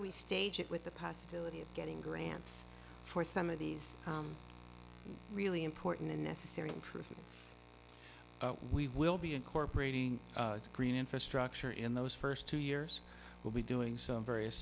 we stage it with the possibility of getting grants for some of these really important and necessary prudence we will be incorporating green infrastructure in those first two years we'll be doing some various